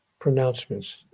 pronouncements